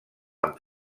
amb